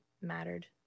mattered